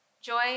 joy